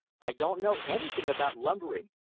i don't know anything about lumbering,